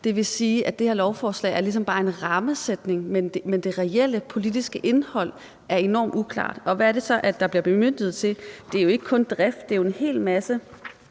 Det vil sige, at det her lovforslag ligesom bare er en rammesætning, men det reelle politiske indhold er enormt uklart. Og hvad er det så, der bliver bemyndiget til? Det er jo ikke kun drift. Det er jo en hel masse.